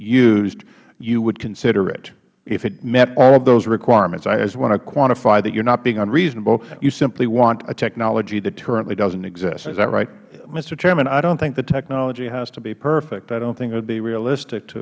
used you would consider it if it met all of those requirements i just want to quantify that you are not being unreasonable you simply want a technology that currently doesn't exist is that right mister rotenberg mister chairman i don't think the technology has to be perfect i don't think it would be realistic to